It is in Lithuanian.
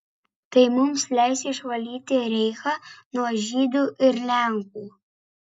tai mums leis išvalyti reichą nuo žydų ir lenkų